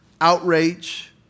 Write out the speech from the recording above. outrage